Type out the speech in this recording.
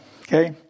okay